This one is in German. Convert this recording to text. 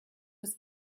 des